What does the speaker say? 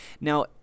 Now